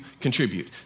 contribute